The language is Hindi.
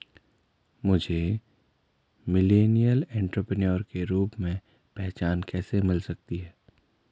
मुझे मिलेनियल एंटेरप्रेन्योर के रूप में पहचान कैसे मिल सकती है?